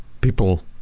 people